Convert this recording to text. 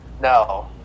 No